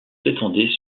s’étendait